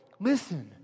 Listen